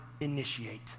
initiate